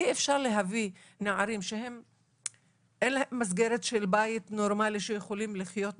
אי אפשר להביא נערים שאין להם מסגרת של בית נורמלי שיכולים לחיות בתוכו,